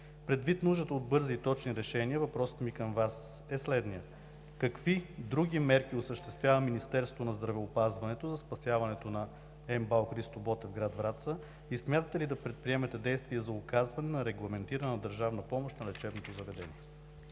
Предвид нуждата от бързи и точни решения, въпросът ми към Вас е следният: какви други мерки осъществява Министерството на здравеопазването за спасяването на МБАЛ „Христо Ботев“ – град Враца, и смятате ли да предприемете действия за оказване на регламентирана държавна помощ на лечебното заведение?